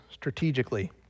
strategically